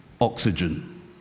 oxygen